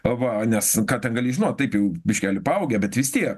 a va nes katamelizmo taip jau biškelį paaugę bet vis tiek